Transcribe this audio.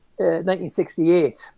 1968